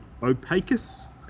Opacus